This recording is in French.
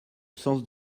sens